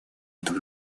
этом